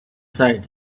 side